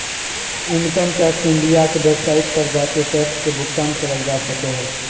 income tax India के website पर जाके टैक्स के भुगतान करल जा सको हय